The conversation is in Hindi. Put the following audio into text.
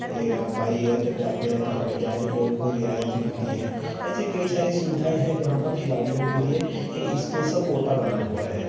बाई एयर जब जाते हैं तो हवाई जहाजों में उनको रियायत मिलती है ऐसी कई सारी सुविधाएँ हैं जहाँ पर खिलाड़ियों के लिए एक स्पेशल कोटा बना हुआ है